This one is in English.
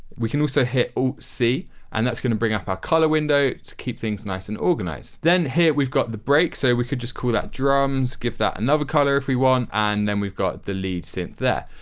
we can also hit alt c and that's going to bring up a ah color window to keep things nice and organized. then here we've got the break, so we could just cool out drums. give that another color if we want, and then we've got the lead synth there.